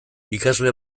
ikasle